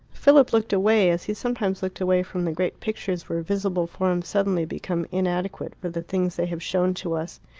philip looked away, as he sometimes looked away from the great pictures where visible forms suddenly become inadequate for the things they have shown to us.